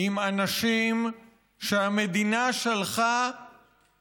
עם אנשים שהמדינה שלחה אותם